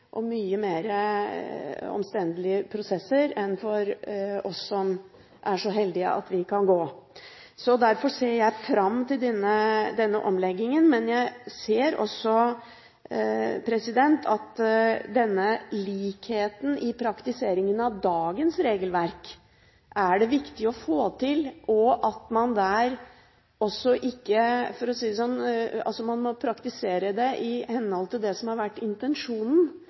og det trengs mye mer omstendelige prosesser enn for oss som er så heldige å kunne gå. Derfor ser jeg fram til denne omleggingen. Men jeg ser også at det er viktig å få til denne likheten i praktiseringen av dagens regelverk, og at man må praktisere det i henhold til